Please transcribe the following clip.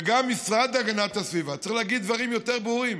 והמשרד להגנת הסביבה צריך להגיד דברים יותר ברורים.